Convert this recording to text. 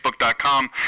Facebook.com